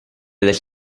del